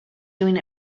doing